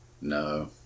No